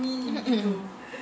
mm